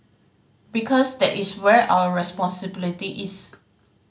because that is where our responsibility is